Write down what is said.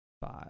Five